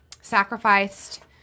sacrificed